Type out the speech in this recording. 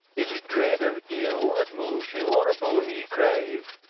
is it dread of ill that moves you or a boon ye crave?